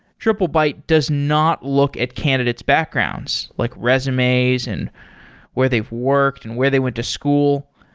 triplebyte does not look at candidate's backgrounds, like resumes and where they've worked and where they went to school.